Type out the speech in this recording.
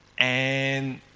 and